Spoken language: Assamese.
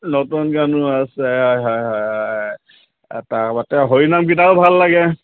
নতুন গানো হয় হয় হয় তাৰপাছত হৰিনামকেইটাও ভাল লাগে